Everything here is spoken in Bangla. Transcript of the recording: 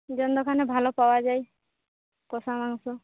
অন্যখানে ভালো পাওয়া যায় কষা মাংস